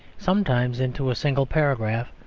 sometimes into a single paragraph,